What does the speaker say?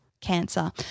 cancer